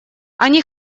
они